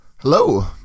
Hello